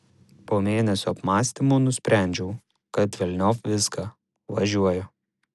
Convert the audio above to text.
po mėnesio apmąstymų nusprendžiau kad velniop viską važiuoju